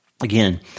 Again